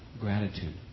gratitude